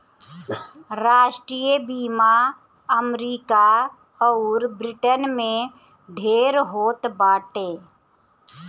राष्ट्रीय बीमा अमरीका अउर ब्रिटेन में ढेर होत बाटे